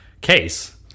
case